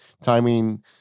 Timing